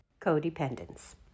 codependence